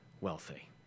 wealthy